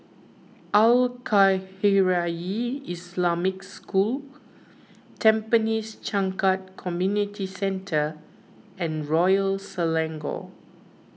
Al Khairiah Islamic School Tampines Changkat Community Centre and Royal Selangor